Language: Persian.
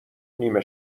نیمه